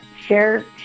share